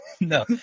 No